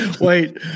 Wait